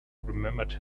remembered